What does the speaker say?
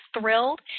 thrilled